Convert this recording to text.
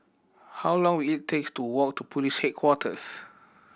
how long will it takes to walk to Police Headquarters